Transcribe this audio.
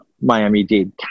miami-dade